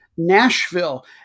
Nashville